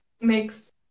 makes